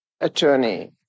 attorney